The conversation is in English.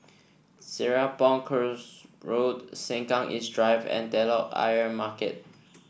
Serapong Course Road Sengkang East Drive and Telok Ayer Market